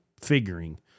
figuring